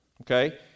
okay